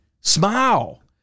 Smile